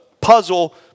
puzzle